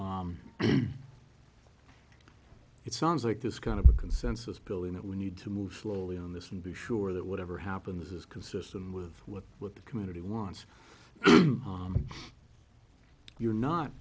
if it sounds like there's kind of a consensus building that we need to move slowly on this and be sure that whatever happens is consistent with what what the community wants you're not